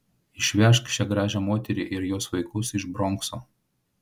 išvežk šią gražią moterį ir jos vaikus iš bronkso